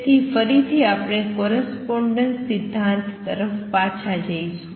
તેથી ફરીથી આપણે કોરસ્પોંડેન્સ ના સિદ્ધાંત તરફ પાછા જઈશું